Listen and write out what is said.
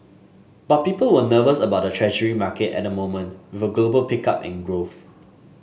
but people were nervous about the Treasury market at the moment with a global pickup in growth